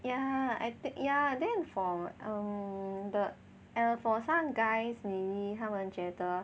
yeah I think yeah then for um and err for some guys maybe 他们觉得